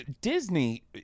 disney